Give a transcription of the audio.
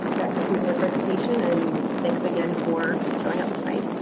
that concludes my presentation and thanks again for showing up tonight.